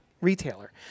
retailer